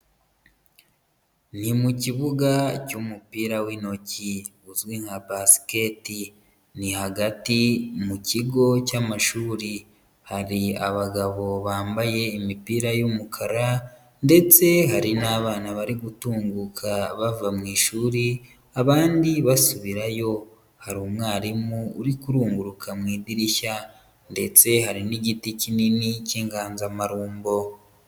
Ni mu kibuga cy'umupira w'intoki uzwi nka basket, ni hagati mu kigo cy'amashuri hari abagabo bambaye imipira y'umukara ndetse hari n'abana bari gutunguka bava mu ishuri, abandi basubirayo hari umwarimu uri kunguruka mu idirishya ndetse hari n'igiti kinini k'inganzamarumbo.